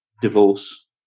divorce